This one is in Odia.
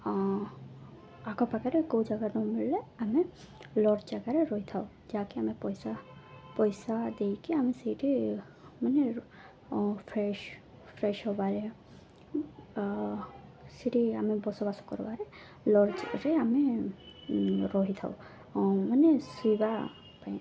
ଆଖପାଖରେ କୋଉ ଜାଗା ନ ମିଳିଲେ ଆମେ ଲଜ୍ ଜାଗାରେ ରହିଥାଉ ଯାହାକି ଆମେ ପଇସା ପଇସା ଦେଇକି ଆମେ ସେଇଠି ମାନେ ଫ୍ରେଶ୍ ଫ୍ରେଶ୍ ହେବାରେ ସେଠି ଆମେ ବସବାସ କରବାର ଲଜ୍ରେ ଆମେ ରହିଥାଉ ମାନେ ଶୋଇବା ପାଇଁ